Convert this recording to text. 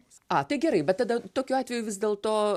a tai gerai bet tada tokiu atveju vis dėl to